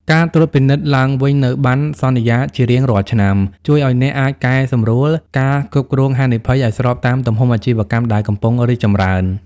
ការត្រួតពិនិត្យឡើងវិញនូវបណ្ណសន្យាជារៀងរាល់ឆ្នាំ ជួយឱ្យអ្នកអាចកែសម្រួល ការគ្រប់គ្រងហានិភ័យ ឱ្យស្របតាមទំហំអាជីវកម្មដែលកំពុងរីកចម្រើន។